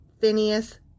Phineas